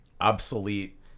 obsolete